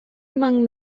among